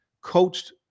coached